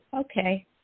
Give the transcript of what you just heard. Okay